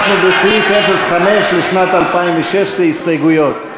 אנחנו בסעיף 05 לשנת 2016, הסתייגויות.